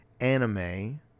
anime